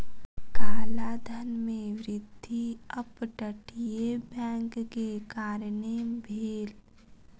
काला धन में वृद्धि अप तटीय बैंक के कारणें भेल